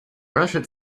rachid